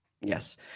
Yes